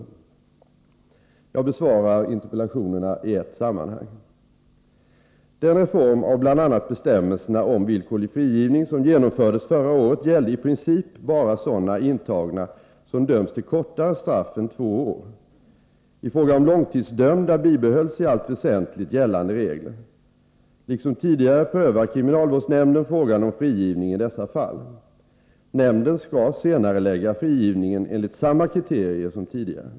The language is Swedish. Jag besvarar interpellationerna i ett sammanhang. Den reform av bl.a. bestämmelserna om villkorlig frigivning som genomfördes förra året gällde i princip bara sådana intagna som dömts till kortare straff än två år. I fråga om långtidsdömda bibehölls i allt väsentligt gällande regler. Liksom tidigare prövar kriminalvårdsnämnden frågan om frigivning i dessa fall. Nämnden skall senarelägga frigivningen enligt samma kriterier som tidigare.